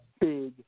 big